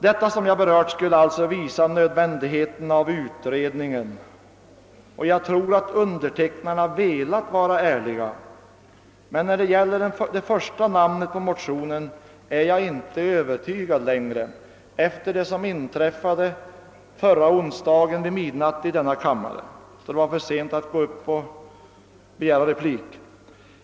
Det som jag berört skulle alltså visa nödvändigheten av utredningen, och jag tror att undertecknarna velat vara ärliga. Men när det gäller det första namnet på motionen är jag inte övertygad längre, efter det som inträffade förra onsdagen vid midnatt här i kammaren, då det var för sent att begära replik.